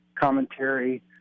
Commentary